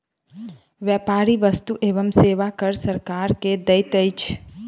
व्यापारी वस्तु एवं सेवा कर सरकार के दैत अछि